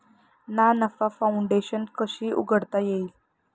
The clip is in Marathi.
ना नफा फाउंडेशन कशी उघडता येईल?